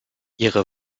ihre